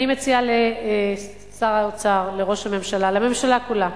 אני מציעה לשר האוצר, לראש הממשלה, לממשלה כולה,